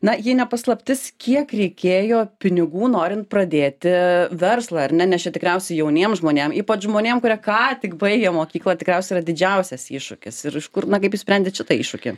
na jei ne paslaptis kiek reikėjo pinigų norint pradėti verslą ar ne nes čia tikriausiai jauniem žmonėm ypač žmonėm kurie ką tik baigę mokyklą tikriausiai yra didžiausias iššūkis ir iš kur na kaip išsprendėt šitą iššūkį